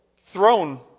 throne